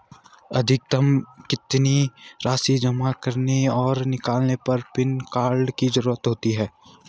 अधिकतम कितनी राशि जमा करने और निकालने पर पैन कार्ड की ज़रूरत होती है?